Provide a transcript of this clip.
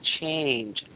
change